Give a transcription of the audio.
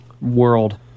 world